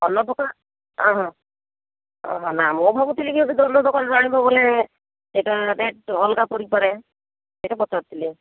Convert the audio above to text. ଅନ୍ୟ ଦୋକାନ ଆଃ ହଁ ଅ ହଁ ନା ମୁଁ ଭାବୁଥିଲି କି ବୋଧେ ଅନ୍ୟ ଦୋକାନ ରୁ ଆଣିବ ବୋଲି ସେଟା ରେଟ ଅଲଗା ପଡ଼ିପରେ ସେଟା ପଚାରୁଥିଲି